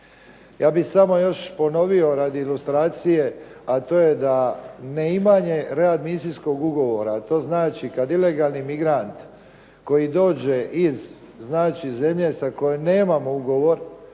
Ja bih samo još ponovio radi ilustracije, a to je da neimanje readmisijskog ugovora, a to znači kad ilegalni migrant koji dođe iz zemlje sa kojom nemamo ugovor